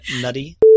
Nutty